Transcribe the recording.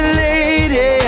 lady